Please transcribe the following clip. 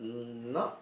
mm not